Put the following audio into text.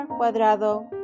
cuadrado